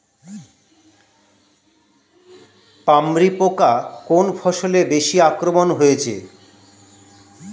পামরি পোকা কোন ফসলে বেশি আক্রমণ হয়েছে?